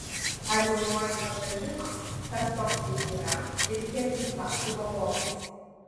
ar jaunoji karta žino kas toks jis yra ir kiek jis babkių pavogęs